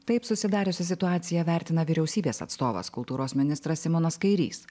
taip susidariusią situaciją vertina vyriausybės atstovas kultūros ministras simonas kairys